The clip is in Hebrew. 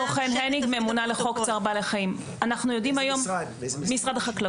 ממונה לחוק צער בעלי חיים, משרד החקלאות.